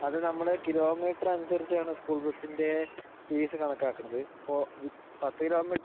അത് നമ്മൾ kilometre അനുസരിച്ചാണ് സ്കൂൾ ബസ്സിൻ്റെ ഫീസ് കണക്കാക്കുന്നത് ഇപ്പോൾ പത്ത് കിലോ മീറ്റ്